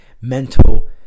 mental